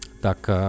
tak